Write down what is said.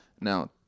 now